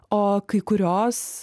o kai kurios